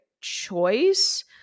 choice